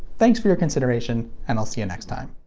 thanks for your consideration, and i'll see you next time.